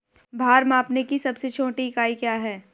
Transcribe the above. भार मापने की सबसे छोटी इकाई क्या है?